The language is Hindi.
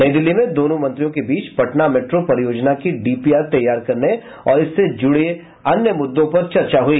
नई दिल्ली में दोनों मंत्रियों के बीच पटना मेट्रो परियोजना की डीपीआर तैयार करने और इससे जुड़े अन्य मुद्दों पर चर्चा हुई